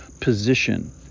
position